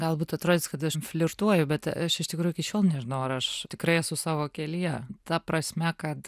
galbūt atrodys kad aš flirtuoju bet aš iš tikrųjų iki šiol nežinau ar aš tikrai esu savo kelyje ta prasme kad